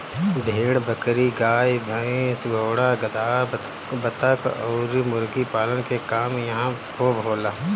भेड़ बकरी, गाई भइस, घोड़ा गदहा, बतख अउरी मुर्गी पालन के काम इहां खूब होला